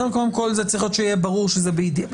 זה צריך להיות ברור שזה יהיה בידיעת המוקלטים.